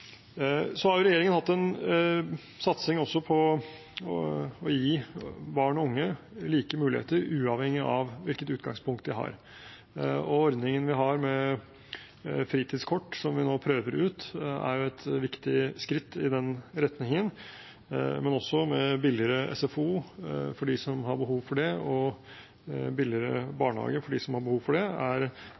har også hatt en satsing på å gi barn og unge like muligheter uavhengig av hvilket utgangspunkt de har. Ordningen vi har med fritidskort, som vi nå prøver ut, er et viktig skritt i den retningen, men også billigere SFO for dem som har behov for det, og billigere barnehage for dem som har behov for det, er